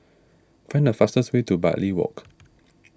find the fastest way to Bartley Walk